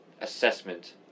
assessment